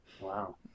Wow